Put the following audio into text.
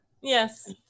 Yes